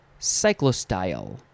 Cyclostyle